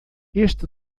este